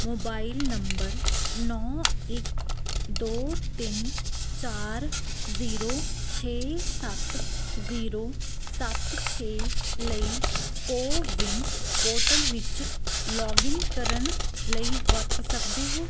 mobile number ਨੌਂ ਇੱਕ ਦੋ ਤਿੰਨ ਚਾਰ ਜ਼ੀਰੋ ਛੇ ਸੱਤ ਜ਼ੀਰੋ ਸੱਤ ਛੇ ਲਈ ਕੋਵਿਨ ਪੋਰਟਲ ਵਿੱਚ ਲੌਗਇਨ ਕਰਨ ਲਈ ਵਰਤ ਸਕਦੇ ਹੋ